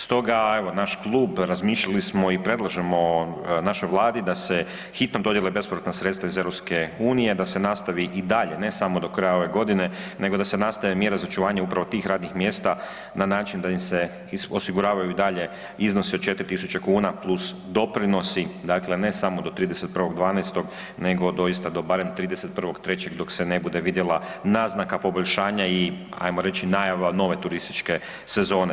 Stoga evo naš Klub, razmišljali smo i predlažemo našoj Vladi da se hitno dodijele bespovratna sredstva iz Europske unije, da se nastavi i dalje, ne samo do kraja ove godine, nego da se nastavi mjera za očuvanje upravo tih radnih mjesta na način da im se osiguravaju i dalje iznosi od 4.000,00 kuna plus doprinosi, dakle ne samo do 31.12., nego doista do barem 31.03. dok se ne bude vidjela naznaka poboljšanja i ajmo reći najava nove turističke sezone.